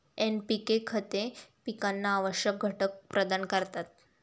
NPK खते पिकांना आवश्यक घटक प्रदान करतात